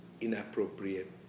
inappropriate